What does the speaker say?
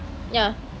ya